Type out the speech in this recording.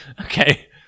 Okay